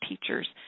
teachers